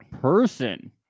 person